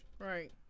right